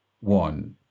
one